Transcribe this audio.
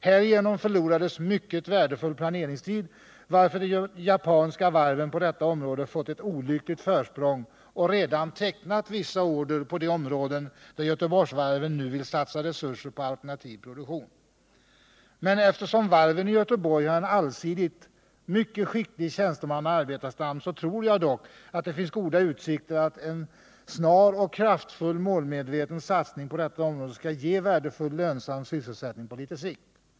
Härigenom förlorades mycket värdefull planeringstid, varför de japanska varven på detta område fått ett olyckligt försprång och redan tecknat vissa order på de områden där Göteborgsvarven nu vill satsa resurser på alternativ produktion. Eftersom varven i Göteborg har en allsidigt mycket skicklig tjänstemannaoch arbetarstam tror jag dock att det finns goda utsikter att en snar, kraftfull och målmedveten satsning på detta område skall ge värdefull lönsam sysselsättning på litet sikt.